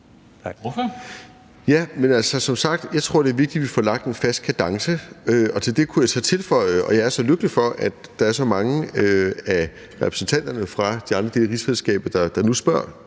Martin Lidegaard (RV): Som sagt tror jeg, det er vigtigt, at vi får lagt en fast kadence, og til det kunne jeg så tilføje, at jeg er så lykkelig for, at der er så mange af repræsentanterne fra de andre dele af rigsfællesskabet, der nu spørger